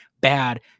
bad